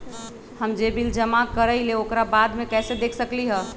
हम जे बिल जमा करईले ओकरा बाद में कैसे देख सकलि ह?